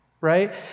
right